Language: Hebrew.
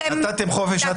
נתתם חופש הצבעה.